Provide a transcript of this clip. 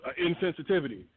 insensitivity